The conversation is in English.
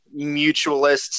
mutualists